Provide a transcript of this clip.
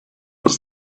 was